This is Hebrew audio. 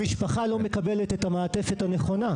המשפחה לא מקבלת את המעטפת הנכונה.